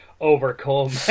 overcome